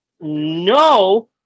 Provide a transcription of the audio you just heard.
no